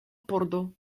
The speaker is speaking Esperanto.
pordo